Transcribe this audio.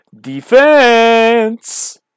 defense